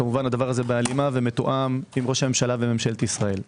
כמובן הדבר הזה בהלימה ומתואם עם ראש הממשלה וממשלת ישראל.